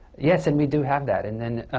yes, and we do have that. and then,